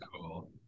cool